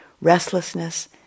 restlessness